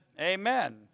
Amen